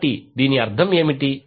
కాబట్టి దీని అర్థం ఏమిటి